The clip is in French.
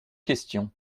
questions